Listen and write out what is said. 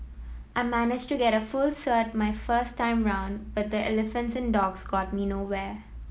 I managed to get a full cert my first time round but the Elephants and Dogs got me nowhere